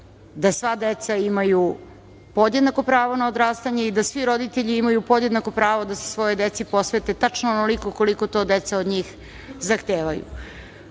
da sva deca imaju podjednako pravo na odrastanje i da svi roditelji imaju podjednako pravo da se svojoj deci posvete tačno onoliko koliko to deca od njih zahtevaju. Konačno,